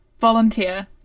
Volunteer